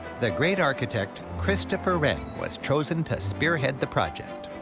the great architect christopher wren was chosen to spear-head the project.